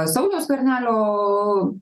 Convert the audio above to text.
sauliaus skvernelio